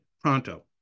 pronto